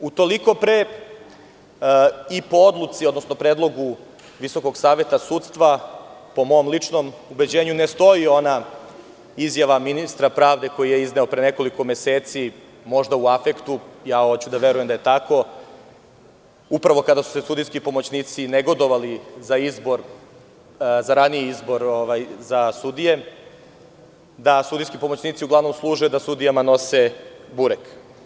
Utoliko pre i po odluci, odnosno predlogu Visokog saveta sudstva, po mom ličnom ubeđenju ne stoji ona izjava ministra pravde koju je izneo pre nekolik meseci, možda u afektu, hoću da verujem da je tako, kada su sudijski pomoćnici negodovali za izbor raniji za izbor sudija, da sudijski pomoćnici uglavnom služe da nose sudijama burek.